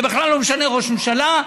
זה בכלל לא משנה, ראש ממשלה.